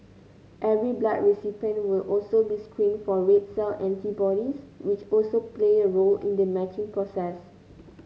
every blood recipient will also be screened for red cell antibodies which also play a role in the matching process